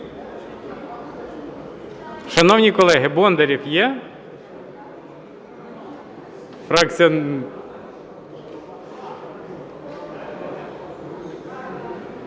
Шановні колеги, Бондарєв є?